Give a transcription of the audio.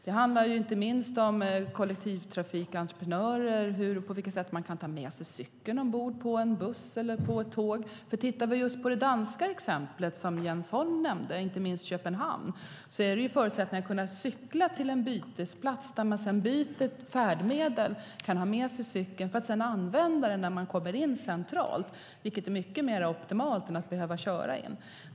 Det handlar inte minst om kollektivtrafikentreprenörer, hur och på vilket sätt man kan ta med sig cykeln ombord på en buss eller ett tåg. Om vi tittar på det danska exemplet och särskilt Köpenhamn, som Jens Holm nämnde, handlar det om förutsättningen att kunna cykla till en bytesplats där man sedan byter färdmedel och kan ta med sig cykeln, för att sedan använda den när man kommer in centralt, vilket är mycket mer optimalt än att behöva köra in.